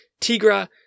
Tigra